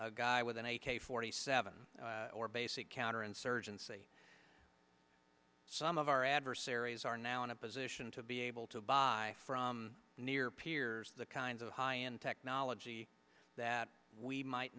a guy with an a k forty seven or basic counterinsurgency some of our adversaries are now in a position to be able to buy from near peers the kinds of high end technology that we might